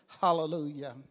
Hallelujah